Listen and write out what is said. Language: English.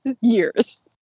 years